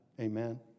Amen